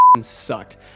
sucked